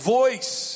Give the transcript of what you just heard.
voice